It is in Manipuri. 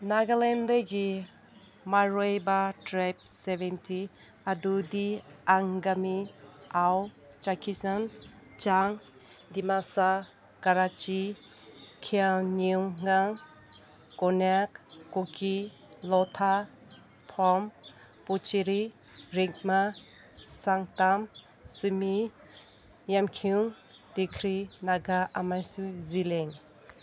ꯅꯒꯥꯂꯦꯟꯗꯒꯤ ꯃꯔꯨꯑꯣꯏꯕ ꯇ꯭ꯔꯥꯏꯕ ꯁꯕꯦꯟꯇꯤ ꯑꯗꯨꯗꯤ ꯑꯪꯒꯃꯤ ꯑꯥꯎ ꯆꯀꯤꯆꯥꯡ ꯆꯥꯡ ꯗꯤꯃꯥꯁꯥ ꯀꯔꯥꯆꯤ ꯈꯤꯌꯥꯡꯅ꯭ꯌꯨꯡꯉꯥꯡ ꯀꯣꯟꯅꯦꯛ ꯀꯨꯀꯤ ꯂꯣꯊꯥ ꯐꯣꯝ ꯄꯨꯆꯤꯔꯤ ꯔꯤꯛꯃꯥ ꯁꯪꯇꯥꯝ ꯁꯤꯃꯤ ꯌꯥꯝꯈ꯭ꯌꯨꯡ ꯇꯤꯈ꯭ꯔꯤ ꯅꯥꯒꯥ ꯑꯃꯁꯨꯡ ꯖꯤꯂꯦꯡ